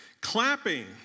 Clapping